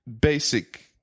basic